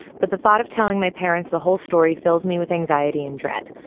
but the thought of telling my parents the whole story fills me with anxiety and dread.